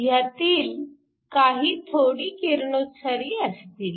ह्यातील काही थोडी किरणोत्सारी असतील